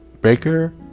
Breaker